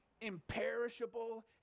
imperishable